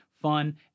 fun